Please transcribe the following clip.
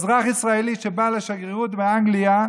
אזרח ישראלי שבא לשגרירות באנגליה,